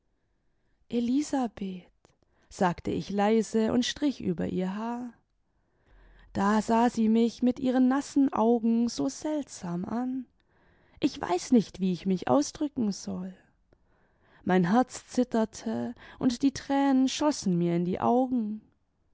elisabeth sagte ich leise und strich über ihr haar da sah sie mich mit ihren nassen augen so seltsam an ich weiß nicht wie ich mich ausdrücken soll mein herz zitterte und die tränen schössen mir in die augen